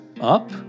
up